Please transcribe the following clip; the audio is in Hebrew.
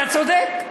אתה צודק,